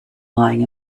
lying